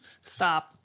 Stop